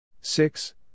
six